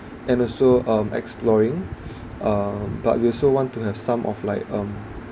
and also um exploring uh but we also want to have some of like um